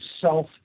self